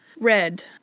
Red